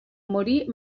morí